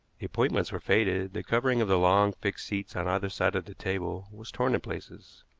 the appointments were faded, the covering of the long, fixed seats on either side of the table was torn in places.